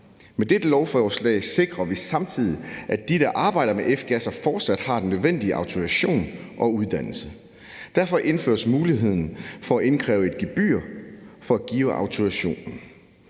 Med dette lovforslag sikrer vi samtidig, at de, der arbejder med F-gasser, fortsat har den nødvendige autorisation og uddannelse. Derfor indføres muligheden for at indkræve et gebyr for at give autorisationen,